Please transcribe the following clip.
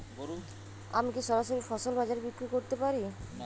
আমি কি সরাসরি ফসল বাজারে বিক্রি করতে পারি?